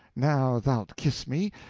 now thou'lt kiss me,